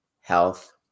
health